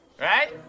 Right